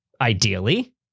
ideally